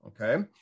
Okay